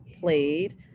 played